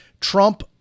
Trump